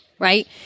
Right